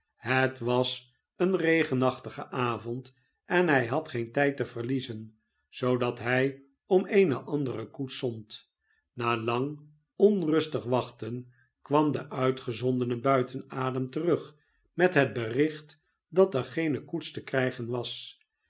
het was een regenachtige avond en hij had geen tijd te verliezen zoodat hij om eene andere koets zond na lang onrustig wachten kwam de uitgezondene buiten adem terug met het bericht dat er geene koets te krijgen was